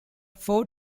four